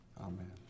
Amen